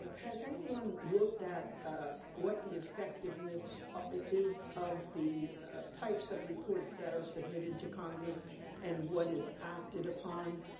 has anyone looked at what the effectiveness is of the types of reports that are submitted to congress and what is acted upon,